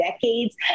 decades